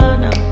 no